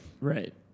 Right